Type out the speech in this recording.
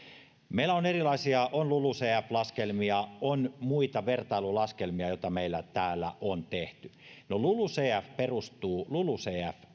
meillä on erilaisia laskelmia on lulucf laskelmia ja on muita vertailulaskelmia joita meillä täällä on tehty no lulucf perustuu lulucf